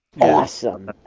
Awesome